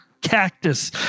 cactus